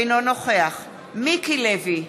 אינו נוכח מיקי לוי,